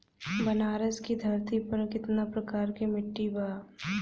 बनारस की धरती पर कितना प्रकार के मिट्टी बा?